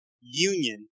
union